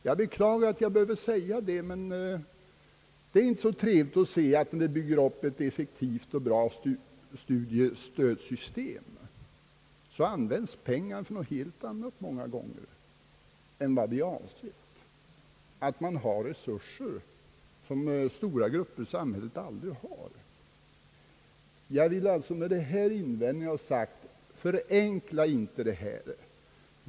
Jag beklagar att jag behöver säga det, men man ser av referat i tidningarna att när vi nu bygger upp ett effektivt och bra studiestödsystem så används pengarna många gånger till något helt annat än vi avsett. Studenterna har i allmänhet resurser som stora grupper i samhället aldrig har. Jag vill alltså med dessa invändningar ha sagt: Förenkla inte det här!